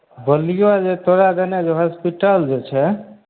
बोललियौ जे तोरा गाँवमे हॉस्पिटल जे छै